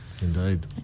Indeed